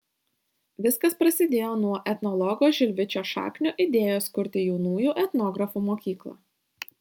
viskas prasidėjo nuo etnologo žilvičio šaknio idėjos kurti jaunųjų etnografų mokyklą